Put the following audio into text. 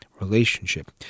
relationship